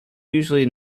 usually